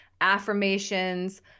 affirmations